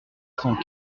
cent